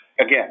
again